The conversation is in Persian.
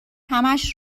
همش